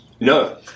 No